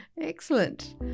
Excellent